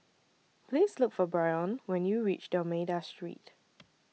Please Look For Brion when YOU REACH D'almeida Street